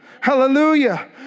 Hallelujah